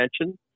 attention